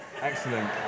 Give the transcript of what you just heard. Excellent